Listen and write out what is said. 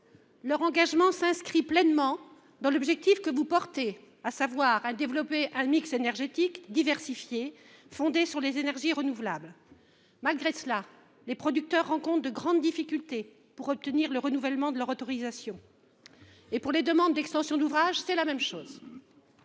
Leur engagement s’inscrit pleinement dans l’objectif que le Gouvernement a fixé, à savoir développer un mix énergétique diversifié, fondé sur les énergies renouvelables. Malgré cela, ces producteurs rencontrent de grandes difficultés pour obtenir le renouvellement de leur autorisation. Pour les demandes d’extension d’ouvrages, c’est la même chose.